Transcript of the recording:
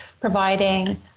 providing